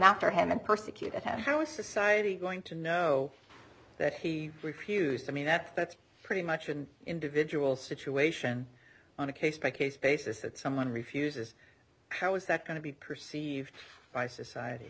after him and persecuted him how society going to know that he refused i mean that that's pretty much an individual situation on a case by case basis that someone refuses how is that going to be perceived by society